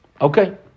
Okay